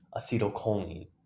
acetylcholine